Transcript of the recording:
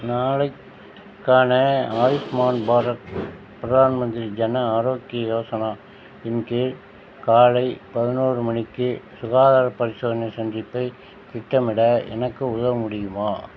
நாளைக்கான ஆயுஷ்மான் பாரத் பிரதான் மந்திரி ஜன ஆரோக்ய யோசனா இன் கீழ் காலை பதினோரு மணிக்கு சுகாதாரப் பரிசோதனை சந்திப்பை திட்டமிட எனக்கு உதவ முடியுமா